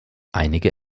einige